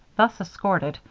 thus escorted,